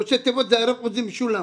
ראשי תיבות זה הרב עוזי משולם,